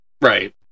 Right